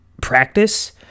practice